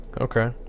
Okay